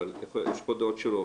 אבל יש פה דעות שונות